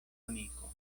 amiko